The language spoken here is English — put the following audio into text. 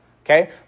Okay